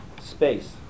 space